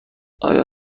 آیا